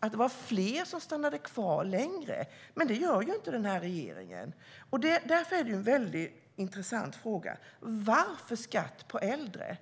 att det var fler som stannade kvar längre. Men det gör inte regeringen. Det är därför en intressant fråga: Varför vill man ha en skatt på äldre?